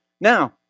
Now